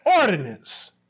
ordinance